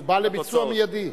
הוא בא לביצוע מיידי.